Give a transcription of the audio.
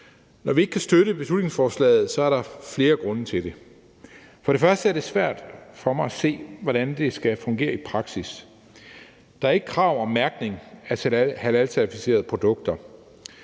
Når vi ikke kan støtte beslutningsforslaget, er der flere grunde til det. For det første er det svært for mig at se, hvordan det skal fungere i praksis. Der er ikke krav om mærkning af halalcertificerede produkter.